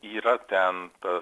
yra ten ta